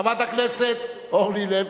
חברת הכנסת אורלי לוי.